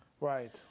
Right